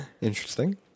Interesting